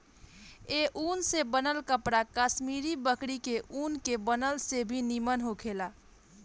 ए ऊन से बनल कपड़ा कश्मीरी बकरी के ऊन के बनल से भी निमन होखेला